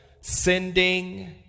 Sending